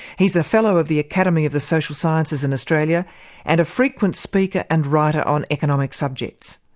he's a fellow of the academy of the social sciences in australia and a frequent speaker and writer on economic subjects.